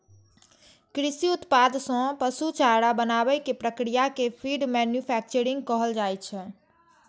कृषि उत्पाद सं पशु चारा बनाबै के प्रक्रिया कें फीड मैन्यूफैक्चरिंग कहल जाइ छै